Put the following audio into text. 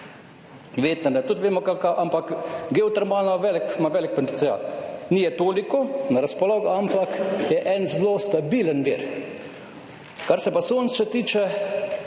Vetrne tudi vemo kakšna, ampak geotermalna ima velik potencial. Ni je toliko na razpolago, ampak je en zelo stabilen vir. Kar se pa sonca tiče,